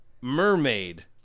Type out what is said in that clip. mermaid